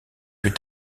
plus